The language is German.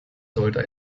sollte